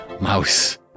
mouse